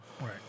Right